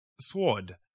sword